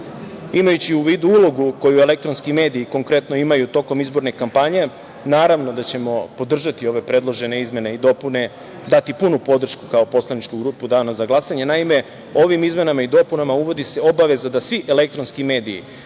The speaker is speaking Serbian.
imajući u vidu ulogu koji elektronski mediji konkretno imaju tokom izborne kampanje. Naravno, da ćemo podržati ove predložene izmene i dopune, dati punu podršku kao poslaničku grupu dana za glasanje. Naime, ovim izmenama i dopunama uvodi se obaveza da svi elektronski mediji